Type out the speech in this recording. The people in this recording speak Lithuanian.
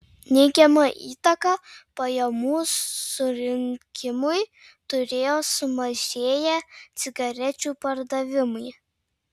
neigiamą įtaką pajamų surinkimui turėjo sumažėję cigarečių pardavimai